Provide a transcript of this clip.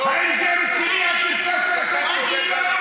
האם זה רציני, הקרקס שאתם עושים לנו?